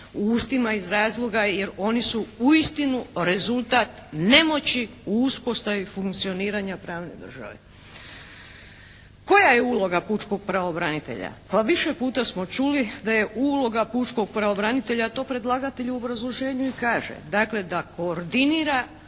u ustima iz razloga jer oni su uistinu rezultat nemoći u uspostavi funkcioniranja pravne države. Koja je uloga pučkog pravobranitelja? Pa više puta smo čuli da je uloga pučkog pravobranitelja, to predlagatelj u obrazloženju i kaže, dakle da koordinira,